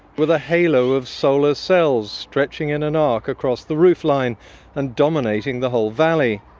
with a halo of solar cells stretching in an arc across the roofline and dominating the whole valley.